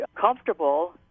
comfortable